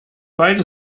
beide